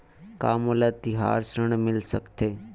का मोला तिहार ऋण मिल सकथे?